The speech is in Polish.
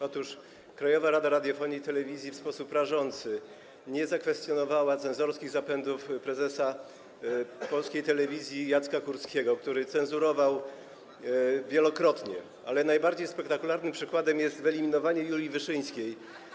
Otóż Krajowa Rada Radiofonii i Telewizji w sposób rażący nie zakwestionowała cenzorskich zapędów prezesa Telewizji Polskiej Jacka Kurskiego, który cenzurował wielokrotnie, ale najbardziej spektakularnym przekładem jest wyeliminowanie Julii Wyszyńskiej.